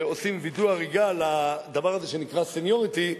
עושים "וידוא הריגה" לדבר הזה שנקרא סניוריטי,